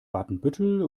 watenbüttel